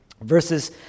Verses